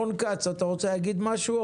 חבר הכנסת רון כץ, אתה רוצה לומר משהו?